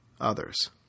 others